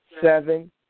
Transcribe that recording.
seven